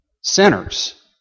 sinners